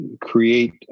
create